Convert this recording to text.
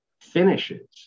finishes